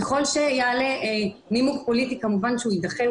ככל שיעלה נימוק פוליטי, כמובן שהוא יידחה.